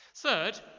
Third